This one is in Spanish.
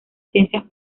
ciencias